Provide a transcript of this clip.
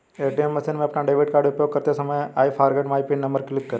ATM machine में अपना debit card उपयोग करते समय I forget my PIN number पर क्लिक करें